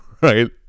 right